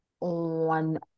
on